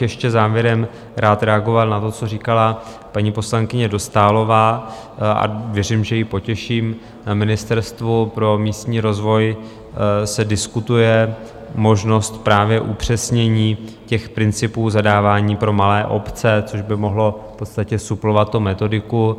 Ještě bych rád závěrem reagoval na to, co říkala paní poslankyně Dostálová, a věřím, že ji potěším na Ministerstvu pro místní rozvoj se diskutuje možnost právě upřesnění principů zadávání pro malé obce, což by mohlo v podstatě suplovat tu metodiku.